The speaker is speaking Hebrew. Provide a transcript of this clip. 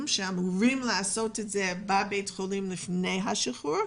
שאמורים לעשות אותה בבית החולים לפני השחרור,